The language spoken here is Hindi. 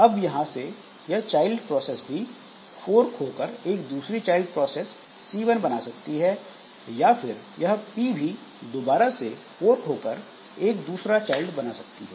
अब यहां से यह चाइल्ड प्रोसेस भी फोर्क होकर एक दूसरी चाइल्ड प्रोसेस C1 बना सकती है या फिर यह P भी दोबारा से फोर्क होकर एक दूसरा चाइल्ड बना सकती है